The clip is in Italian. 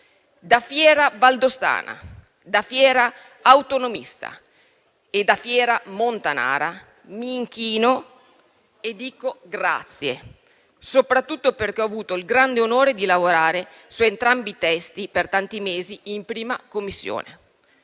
Da fiera valdostana, da fiera autonomista e da fiera montanara, mi inchino e dico grazie, soprattutto perché ho avuto il grande onore di lavorare su entrambi i testi per tanti mesi in 1a Commissione.